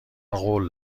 قول